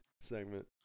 segment